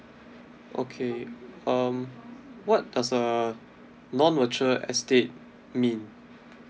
okay um what does a non mature estate mean